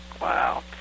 Wow